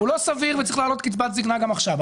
הוא לא סביר וצריך להעלות קצבת זקנה גם עכשיו,